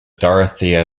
dorothea